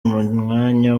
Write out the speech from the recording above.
umwanya